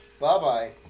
Bye-bye